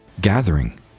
gathering